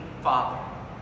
Father